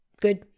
good